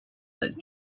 that